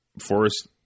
forest